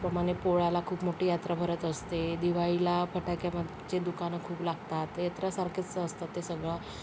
त्याचप्रमाणे पोळ्याला खूप मोठी यात्रा भरत असते दिवाळीला फटाक्याचे दुकानं खूप लागतात यात्रासारखंच असतं ते सगळं